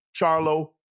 Charlo